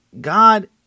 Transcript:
God